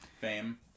fame